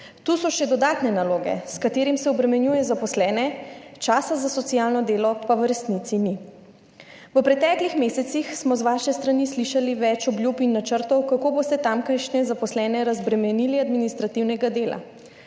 Tu so še dodatne naloge, s katerimi se obremenjuje zaposlene, časa za socialno delo pa v resnici ni. V preteklih mesecih smo z vaše strani slišali več obljub in načrtov, kako boste tamkajšnje zaposlene razbremenili administrativnega dela.